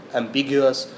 ambiguous